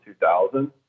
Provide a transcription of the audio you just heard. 2000